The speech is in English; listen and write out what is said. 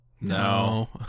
no